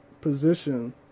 position